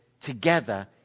together